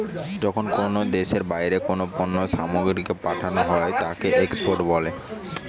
যখন কোনো দ্যাশের বাহিরে কোনো পণ্য সামগ্রীকে পাঠানো হই তাকে এক্সপোর্ট বলে